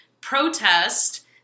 protest